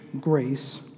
grace